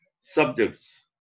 subjects